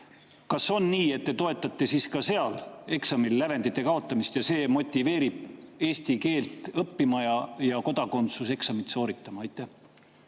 Kas on nii, et te toetate siis ka seal eksamil lävendite kaotamist ja see motiveerib eesti keelt õppima ja kodakondsuseksamit sooritama? Aitäh!